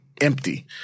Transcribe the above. empty